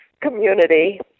community